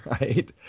right